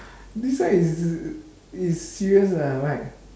this one is is serious leh right